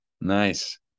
Nice